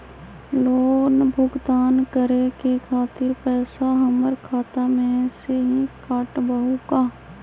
Loan भुगतान करे के खातिर पैसा हमर खाता में से ही काटबहु का?